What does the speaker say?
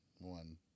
one